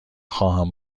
خواهم